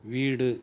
வீடு